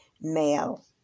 male